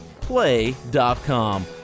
play.com